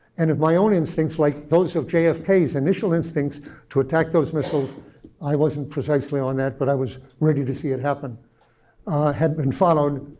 and if my own instincts, like those of jfk's initial instincts to attack those missiles i wasn't precisely on that, but i was ready to see it happen had been followed,